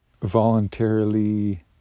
voluntarily